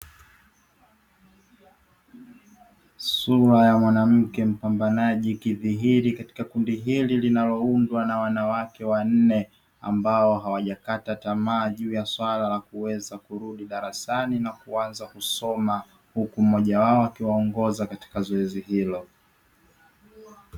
Sura ya mwanamke mpambanaji ikidhihiri katika kundi hili linaloundwa na wanawake wanne, ambao hawajakata tamaa juu ya suala la kuweza kurudi darasani na kuanza kusoma. Huku mmoja wao akiwaongoza katika zoezi hilo.